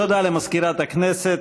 תודה למזכירת הכנסת.